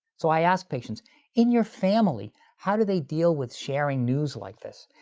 so i ask patients, in your family, how do they deal with sharing news like this?